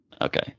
Okay